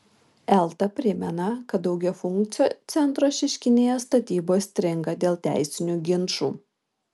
elta primena kad daugiafunkcio centro šeškinėje statybos stringa dėl teisinių ginčų